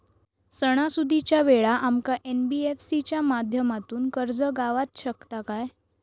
सणासुदीच्या वेळा आमका एन.बी.एफ.सी च्या माध्यमातून कर्ज गावात शकता काय?